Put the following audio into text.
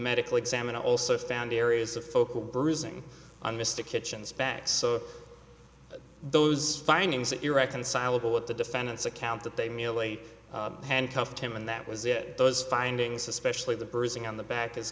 medical examiner also found areas of focus bruising on mr kitchen's back so those findings irreconcilable with the defendant's account that they merely handcuffed him and that was it those findings especially the bruising on the back